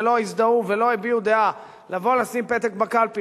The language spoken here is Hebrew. ולא הזדהו ולא הביעו דעה לבוא לשים פתק בקלפי,